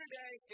Today